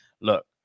look